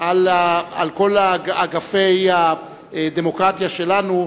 על כל אגפי הדמוקרטיה שלנו,